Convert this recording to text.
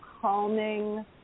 calming